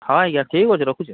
ହଁ ଆଜ୍ଞା ଠିକ୍ ଅଛେ ରଖୁଛେଁ ଆଜ୍ଞା